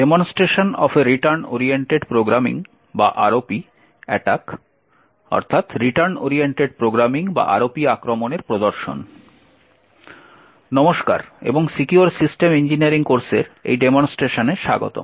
নমস্কার এবং secure system engineering কোর্সের এই ডেমনস্ট্রেশনে স্বাগতম